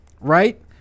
Right